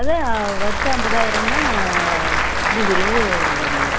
அதுதான் வருஷம் ஐம்பதாயிரன்னா இருபது இருபது வருங்க